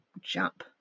jump